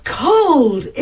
cold